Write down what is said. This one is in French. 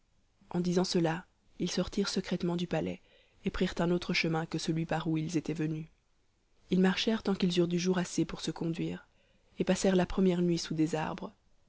en disant cela ils sortirent secrètement du palais et prirent un autre chemin que celui par où ils étaient venus ils marchèrent tant qu'ils eurent du jour assez pour se conduire et passèrent la première nuit sous des arbres